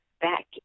back